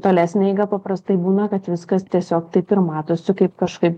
tolesnė eiga paprastai būna kad viskas tiesiog taip ir matosi kaip kažkaip